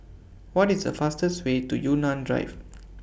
What IS The fastest Way to Yunnan Drive